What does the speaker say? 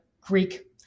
Greek